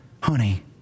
honey